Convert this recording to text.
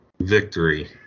victory